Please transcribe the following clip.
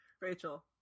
Rachel